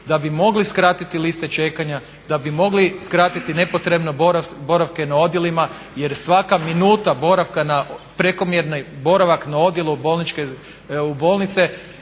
da bi mogli skratiti liste čekanja, da bi mogli skratiti nepotrebne boravke na odjelima. Jer svaka minuta boravka na, prekomjerni boravak na odjelu bolničke,